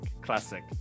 Classic